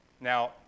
Now